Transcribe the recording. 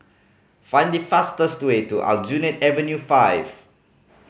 find the fastest way to Aljunied Avenue Five